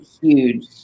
huge